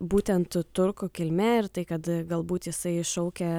būtent turkų kilme ir tai kad galbūt jisai šaukė